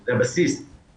זה הבסיס,